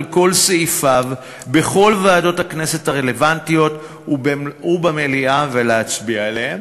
כל סעיפיו בכל ועדות הכנסת הרלוונטיות ובמליאה ולהצביע עליהם.